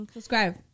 Subscribe